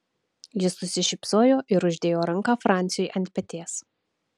jis nusišypsojo ir uždėjo ranką franciui ant peties